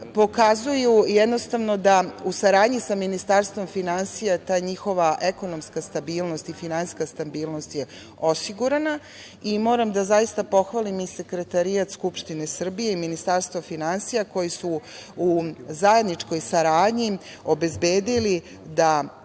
pokazuju da u saradnji sa Ministarstvo finansija ta njihova ekonomska stabilnost i finansijska stabilnost je osigurana. Moram zaista da pohvalim i Sekretarijat Skupštine Srbije i Ministarstvo finansija koje su u zajedničkoj saradnji obezbedili da